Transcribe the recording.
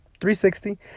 360